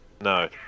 No